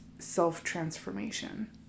self-transformation